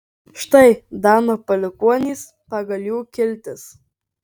štai dano palikuonys pagal jų kiltis